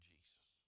Jesus